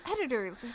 editors